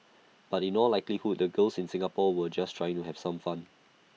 but in all likelihood the girls in Singapore were just trying to have some fun